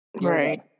Right